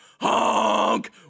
honk